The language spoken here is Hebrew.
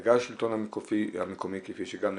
וגם השלטון המקומי כפי שגם נאמר,